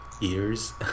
ears